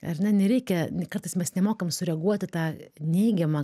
ar ne nereikia kartais mes nemokam sureaguot į tą neigiamą